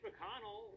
McConnell